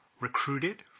recruited